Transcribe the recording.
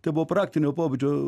tai buvo praktinio pobūdžio